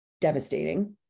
devastating